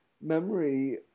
memory